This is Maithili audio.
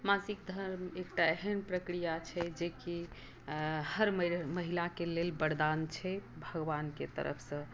मासिक धर्म एकटा एहन प्रक्रिया छै जेकी हर महिलाक लेल वरदान छै भगवानके तरफसे